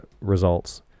results